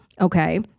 Okay